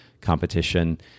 competition